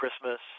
Christmas